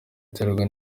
iterwa